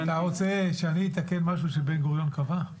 רוצה שאני אתקן משהו שבן גוריון קבע?